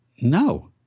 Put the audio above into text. no